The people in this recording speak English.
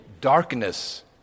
darkness